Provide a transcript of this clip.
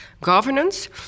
governance